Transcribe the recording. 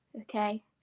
Okay